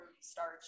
starch